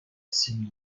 cime